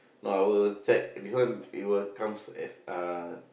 no I will check this one it will comes as uh